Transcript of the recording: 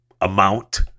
amount